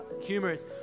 humorous